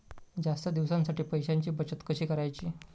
जास्त दिवसांसाठी पैशांची बचत कशी करायची?